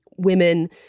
Women